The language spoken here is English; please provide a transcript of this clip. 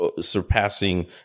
surpassing